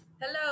Hello